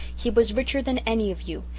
he was richer than any of you.